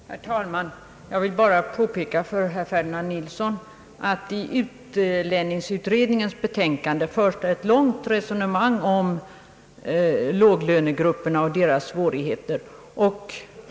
Herr talman! Jag vill bara påpeka för herr Ferdinand Nilsson att det i utlänningsutredningens betänkande förs ett långt resonemang om låglönegrupperna och deras svårigheter.